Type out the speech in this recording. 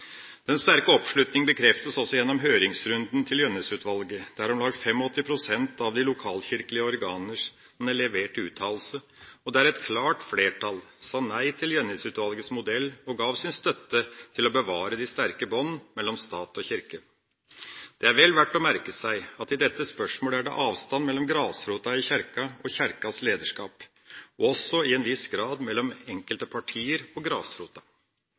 Den sterke oppslutning bekreftes også gjennom høringsrunden til Gjønnes-utvalget, der om lag 85 pst. av de lokalkirkelige organer hadde levert uttalelse, og der et klart flertall sa nei til Gjønnes-utvalgets modell og ga sin støtte til å bevare de sterke bånd mellom stat og kirke. Det er vel verdt å merke seg at i dette spørsmålet er det avstand mellom grasrota i Kirka og Kirkas lederskap, og også i en viss grad mellom enkelte partier og grasrota.